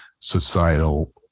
societal